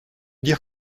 dire